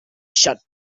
shut